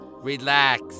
Relax